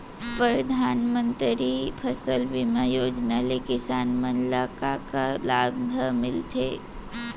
परधानमंतरी फसल बीमा योजना ले किसान मन ला का का लाभ ह मिलथे?